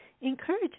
encourage